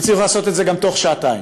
והם הצליחו לעשות את זה גם תוך שעתיים.